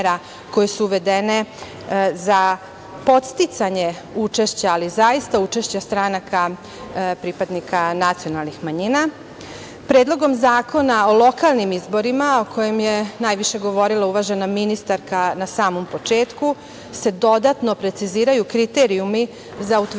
koje su uvedene za podsticanje učešća, ali zaista učešća stranaka pripadnika nacionalnih manjina. Predlogom zakona o lokalnim izborima, o kojem je najviše govorila uvažena ministarka na samom početku, se dodatno preciziraju kriterijumi za utvrđivanje